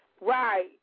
Right